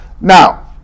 Now